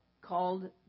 called